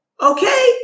okay